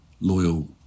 loyal